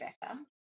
Becca